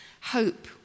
hope